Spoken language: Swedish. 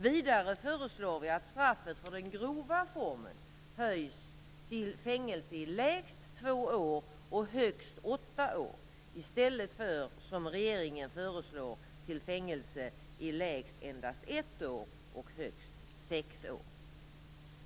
Vidare föreslår vi att straffet för den grova formen höjs till fängelse i lägst två år och högst åtta år i stället för, som regeringen föreslår, till fängelse i lägst endast ett och högst sex år.